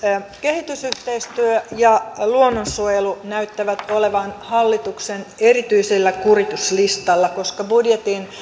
kehitysyhteistyö ja luonnonsuojelu näyttävät olevan hallituksen erityisellä kurituslistalla koska budjetin